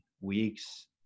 weeks